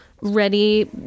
ready